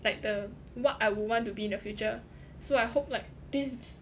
like the what I would want to be in the future so I hope like this